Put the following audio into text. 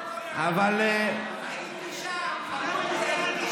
אבל, הייתי שם, חמודי, הייתי שם.